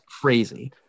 crazy